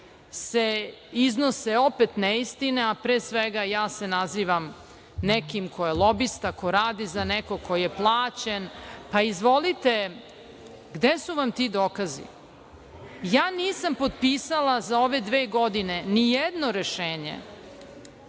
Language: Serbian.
se iznose opet neistine, a pre svega ja se nazivam nekim ko je lobista, ko radi za nekog, ko je plaćen. Izvolite, gde su vam ti dokazi? Ja nisam potpisala za ove dve godine nijedno rešenje